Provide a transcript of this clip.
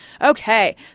Okay